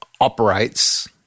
operates